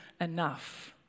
enough